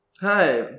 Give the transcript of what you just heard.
Hi